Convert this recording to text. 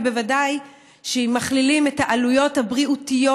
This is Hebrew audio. ובוודאי שאם מכלילים את העלויות הבריאותיות,